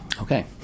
Okay